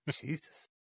Jesus